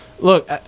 Look